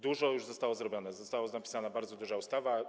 Dużo już zostało zrobione, została napisana bardzo duża ustawa.